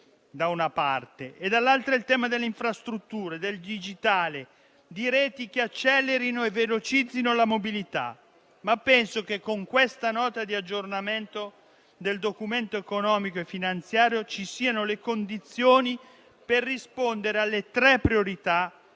dall'altra, il tema delle infrastrutture, del digitale, di reti che accelerino e velocizzino la mobilità. Penso che con questa Nota di aggiornamento del Documento di economia e finanza ci siano le condizioni per rispondere alle tre priorità